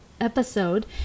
episode